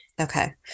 Okay